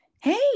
Hey